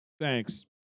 Thanks